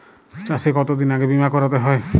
চাষে কতদিন আগে বিমা করাতে হয়?